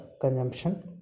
consumption